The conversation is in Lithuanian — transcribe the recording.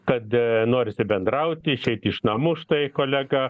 kad norisi bendrauti išeit iš namų štai kolega